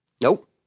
Nope